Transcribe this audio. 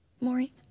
Maury